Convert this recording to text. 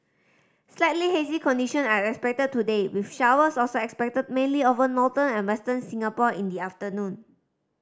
slightly hazy condition are expected today with showers also expected mainly over northern and Western Singapore in the afternoon